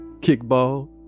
kickball